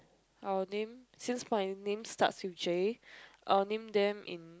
I will name since my name starts with J I will name them in